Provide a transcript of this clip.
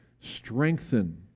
strengthen